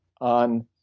on